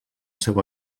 seu